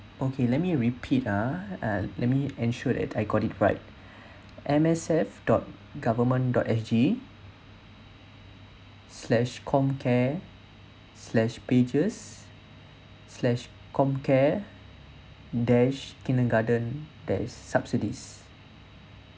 okay let me repeat ah uh let me ensure that I got it right M S F dot government dot S G slash comcare slash pages slash comcare dash kindergarten dash subsidies